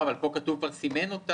פה כתוב "שמסומנת"